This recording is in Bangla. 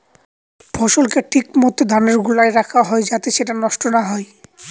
ফসলকে ঠিক মত ধানের গোলায় রাখা হয় যাতে সেটা নষ্ট না হয়